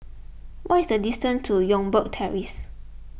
what is the distance to Youngberg Terrace